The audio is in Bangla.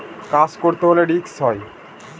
কাজ করতে হলে রিস্ক হয়